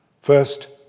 First